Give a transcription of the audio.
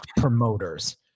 promoters